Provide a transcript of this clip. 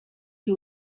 que